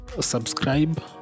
subscribe